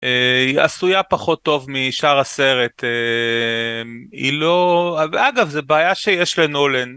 היא עשויה פחות טוב משאר הסרט, היא לא... אגב, זו בעיה שיש לנולן.